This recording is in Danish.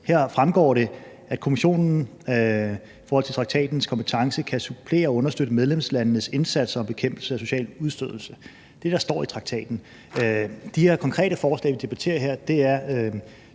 her fremgår det, at Kommissionen i forhold til traktatens kompetence kan supplere og understøtte medlemslandenes indsats om bekæmpelse af social udstødelse. Det står i traktaten. De her konkrete forslag, vi debatterer her, er der